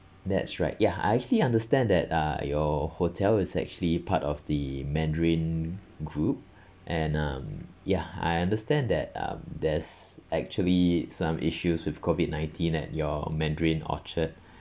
that's right ya I actually understand that uh your hotel is actually part of the mandarin group and um ya I understand that um there's actually some issues with COVID nineteen at your mandarin orchard